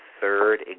third